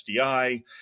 SDI